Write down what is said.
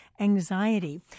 Anxiety